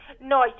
No